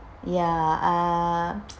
ya uh